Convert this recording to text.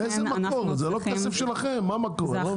איזה מקור זה לא כסף שלכם מה מקור אני לא מבין?